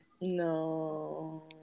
no